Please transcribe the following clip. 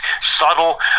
subtle